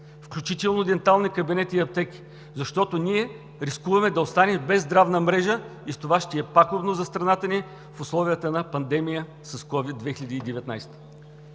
включително дентални кабинети и аптеки, защото ние рискуваме да останем без здравна мрежа и това ще е пагубно за страната ни в условията на пандемия с COVID-19.